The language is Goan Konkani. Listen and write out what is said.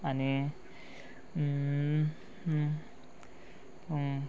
आनी